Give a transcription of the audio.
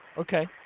Okay